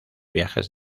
viajes